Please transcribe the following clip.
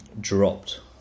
dropped